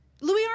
Louis